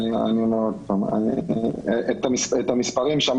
אמרתי לך: תיסע לקיבוץ שדה אליהו,